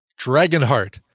Dragonheart